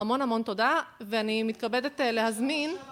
המון המון תודה ואני מתכבדת להזמין